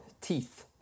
teeth